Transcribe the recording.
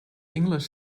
english